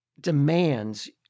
demands